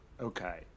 Okay